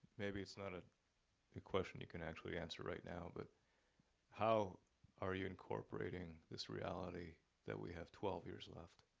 maybe it's not a question you can actually answer right now, but how are you incorporating this reality that we have twelve years left